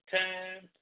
time